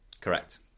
correct